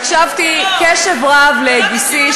הקשבתי בקשב רב לגיסי,